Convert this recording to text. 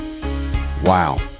Wow